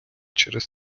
через